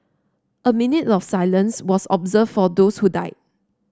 a minute of silence was observed for those who died